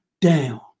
down